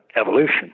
evolution